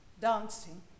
dancing